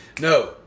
No